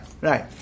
right